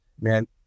man